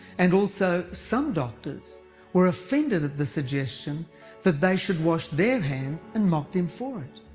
and also some doctors were offended at the suggestion that they should wash their hands and mocked him for it.